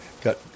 Got